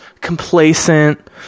complacent